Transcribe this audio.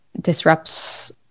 disrupts